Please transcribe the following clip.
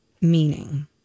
meaning